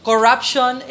Corruption